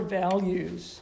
values